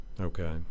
Okay